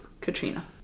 Katrina